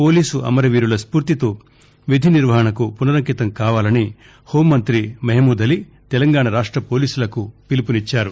police అమరవీరుల స్పూర్తితో విధి నిర్వహణకు పునరంకితం కావాలని హూంమంతి మహమూద్ అలీ తెలంగాణ రాష్ట పోలీసులకు పిలుపునిచ్చారు